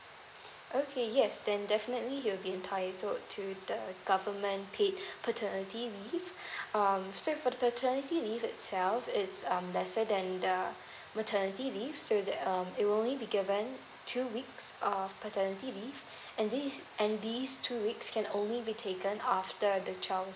okay yes then definitely he'll be entitled to the government pact~ paternity leave um so for the paternity leave itself it's um lesser than the maternity leave so that um it will only be given two weeks of paternity leave and these and these two weeks can only be taken after the child's